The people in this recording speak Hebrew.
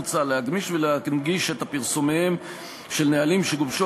מוצע להגמיש ולהנגיש את פרסומיהם של נהלים שגובשו